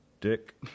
Dick